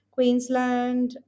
Queensland